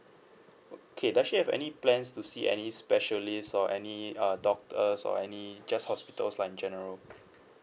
okay does she have any plans to see any specialist or any uh doctors or any just hospitals lah in general